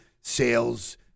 sales